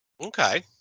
okay